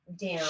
down